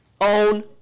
own